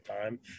time